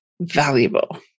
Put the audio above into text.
valuable